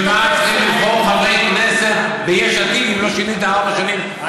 בשביל מה צריכים לבחור חברי כנסת ביש עתיד אם לא שינית ארבע שנים,